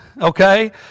okay